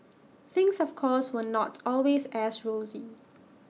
things of course were not always as rosy